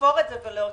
לחפור את זה ולהוציא.